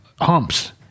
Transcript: humps